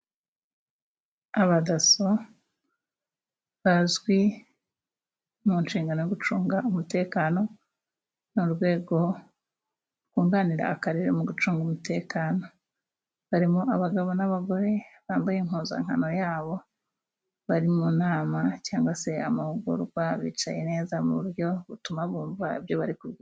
Abadaso bazwi mu nshingano yo gucunga umutekano, ni urwego rwunganira akarere mu gucunga umutekano. Barimo abagabo n’abagore, bambaye impuzankano yabo, bari mu nama cyangwa se amahugurwa, bicaye neza mu buryo butuma bumva ibyo bari kuvuga.